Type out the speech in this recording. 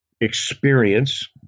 experience